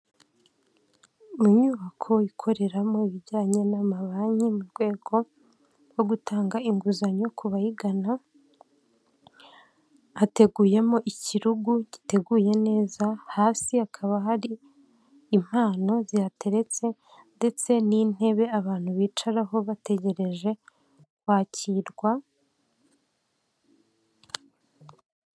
Inyubako ikoreramo ibijyanye n'amabanki, mu rwego rwo gutanga inguzanyo kubayigana, hateguyemo ikirugu giteguye neza, hasi hakaba hari impano zihateretse ndetse n'intebe abantu bicaraho bategereje kwakirwa.